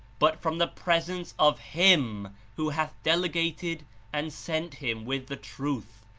but from the presence of him who hath delegated and sent him with the truth,